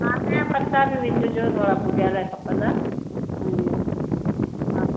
पान जा पता बि विझिजो थोरा पूजा लाइ खपंदा हा हा